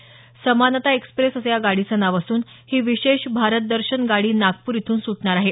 समानता एक्सप्रेस असं या गाडीचं नाव असून ही विशेष भारत दर्शन गाडी नागपूर इथून सुटणार आहे